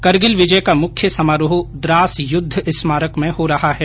करगिल विजय का मुख्य समारोह द्रास युद्ध स्मारक में हो रहा है